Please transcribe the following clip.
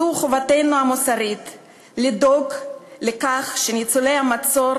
זאת חובתנו המוסרית לדאוג לכך שניצולי המצור